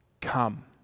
come